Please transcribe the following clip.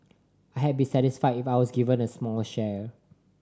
I'd be satisfied if I was given a small share